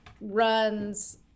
runs